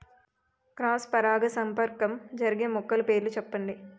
Cross పరాగసంపర్కం జరిగే మొక్కల పేర్లు చెప్పండి?